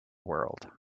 world